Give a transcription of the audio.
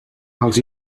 els